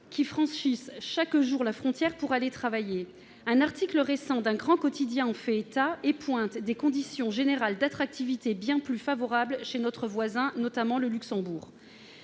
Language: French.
franchissent chaque jour la frontière pour aller travailler. Un article récent d'un grand quotidien en fait état et pointe des conditions générales d'exercice bien plus favorables chez nos voisins, en particulier au Luxembourg,